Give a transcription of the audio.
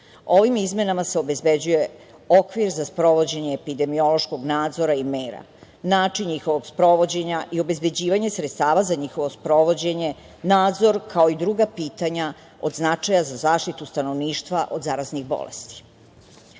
izmenama se obezbeđuje okvir za sprovođenje epidemiološkog nadzora i mera, način njihovog sprovođenja i obezbeđivanje sredstava za njihovo sprovođenje, nadzor kao i druga pitanja od značaj za zaštitu stanovništva od zaraznih bolesti. Zarazna